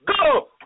go